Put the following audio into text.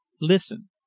Listen